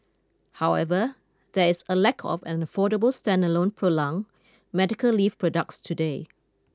however there is a lack of an affordable standalone prolong medical leave products today